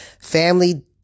family